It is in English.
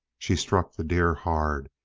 she struck the deer hard,